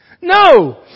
No